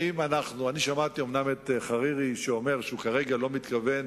אני שמעתי אומנם את חרירי שאומר שכרגע אינו מתכוון